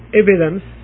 evidence